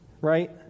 Right